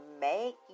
make